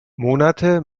monate